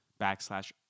backslash